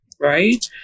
right